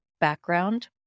background